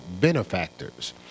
benefactors